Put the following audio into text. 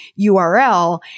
URL